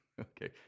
Okay